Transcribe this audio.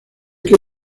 que